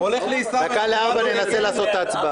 בדקה ל-16:00 ננסה לעשות את ההצבעה.